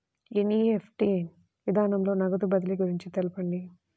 NEFT NEFT విధానంలో నగదు బదిలీ గురించి తెలుపండి?